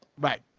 Right